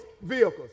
vehicles